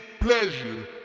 pleasure